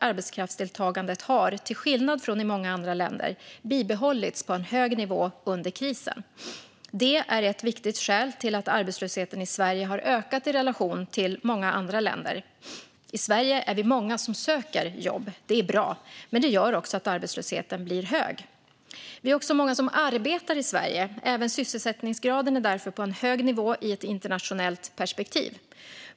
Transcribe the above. Arbetskraftsdeltagandet har, till skillnad från i många andra länder, bibehållits på en hög nivå under krisen. Det är ett viktigt skäl till att arbetslösheten i Sverige har ökat i relation till många andra länder. I Sverige är vi många som söker jobb. Det är bra. Men det gör också att arbetslösheten blir hög. Vi är också många som arbetar i Sverige. Även sysselsättningsgraden är därför på en hög nivå i ett internationellt perspektiv.